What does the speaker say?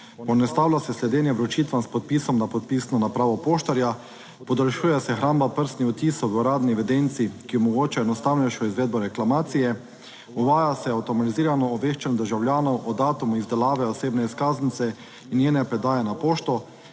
Poenostavlja se sledenje vročitvam s podpisom na podpisno napravo poštarja, podaljšuje se hramba prstnih odtisov v uradni evidenci, ki omogoča enostavnejšo izvedbo reklamacije, uvaja se avtomatizirano obveščanje državljanov o datumu izdelave osebne izkaznice in njene predaje na pošto,